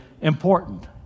important